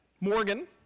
Morgan